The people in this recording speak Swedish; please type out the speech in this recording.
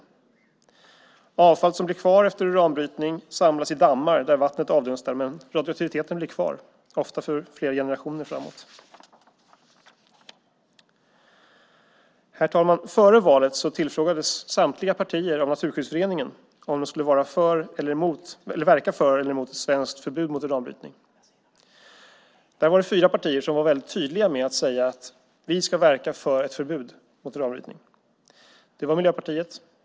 Det avfall som blir kvar efter uranbrytning samlas i dammar där vattnet avdunstar men radioaktiviteten blir kvar, ofta för flera generationer framåt. Herr talman! Före valet tillfrågades samtliga partier av Naturskyddsföreningen om de skulle verka för eller emot ett svenskt förbud mot uranbrytning. Det var fyra partier som var väldigt tydliga med att säga: Vi ska verka för ett förbud mot uranbrytning. Det var Miljöpartiet.